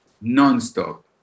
non-stop